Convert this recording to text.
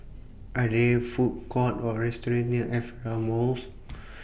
Are There Food Courts Or restaurants near Aperia Mall